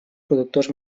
productors